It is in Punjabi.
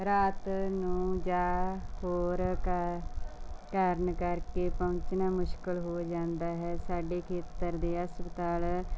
ਰਾਤ ਨੂੰ ਜਾਂ ਹੋਰ ਕਾ ਕਾਰਨ ਕਰਕੇ ਪਹੁੰਚਣਾ ਮੁਸ਼ਕਲ ਹੋ ਜਾਂਦਾ ਹੈ ਸਾਡੇ ਖੇਤਰ ਦੇ ਹਸਪਤਾਲ